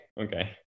okay